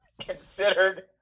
considered